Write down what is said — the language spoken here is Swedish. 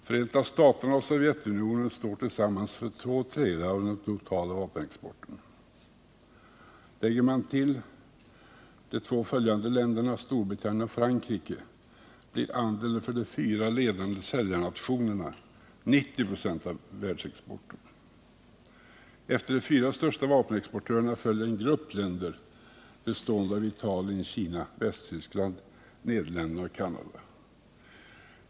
Förenta staterna och Sovjetunionen står tillsammans för två tredjedelar av den totala vapenexporten. Lägger man till de två länder som följer närmast, Storbritannien och Frankrike, blir andelen för de fyra ledande säljarnationerna 2 av världsexporten. Efter de fyra största vapenexportörerna följer en grupp länder bestående av Italien, Kina, Västtyskland, Nederländerna och Canada.